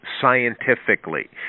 scientifically